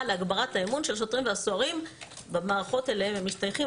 להגברת האמון של השוטרים והסוהרים במערכות אליהם הם משתייכים.